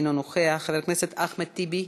אינו נוכח, חבר הכנסת אחמד טיבי,